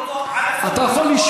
אתם יושבים פה בטעות, אתה,